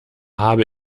habe